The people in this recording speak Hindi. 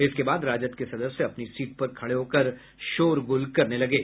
इसके बाद राजद के सदस्य अपनी सीट पर खडे होकर शोर गुल करने लगे